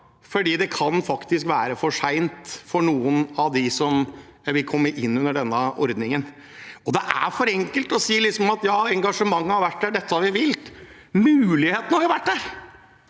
for det kan faktisk være for seint for noen av dem som vil komme inn under denne ordningen. Det er for enkelt å si at ja, engasjementet har vært der, dette har vi villet. Muligheten har jo vært der,